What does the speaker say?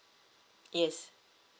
yes